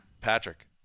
Patrick